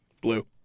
Blue